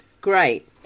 Great